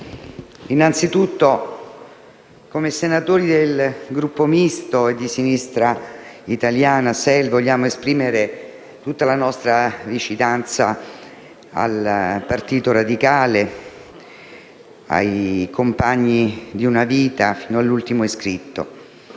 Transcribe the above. innanzitutto come senatori del Gruppo Misto e di Sinistra Italiana-SEL vogliamo esprimere tutta la nostra vicinanza al Partito Radicale e ai compagni di una vita, fino all'ultimo iscritto.